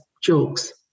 jokes